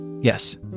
Yes